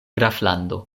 graflando